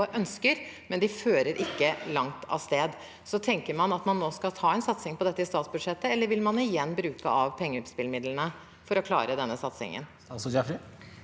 men de fører ikke langt av sted. Tenker man at man nå skal ta en satsing på dette i statsbudsjettet, eller vil man igjen bruke av pengespillmidlene for å klare denne satsingen?